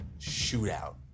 shootout